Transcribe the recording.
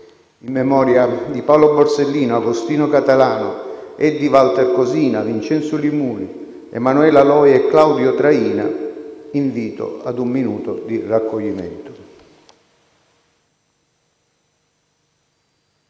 In memoria di Paolo Borsellino, Agostino Catalano, Eddie Walter Cosina, Vincenzo Li Muli, Emanuela Loi e Claudio Traina, invito a un minuto di raccoglimento.